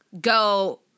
go